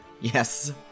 yes